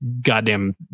goddamn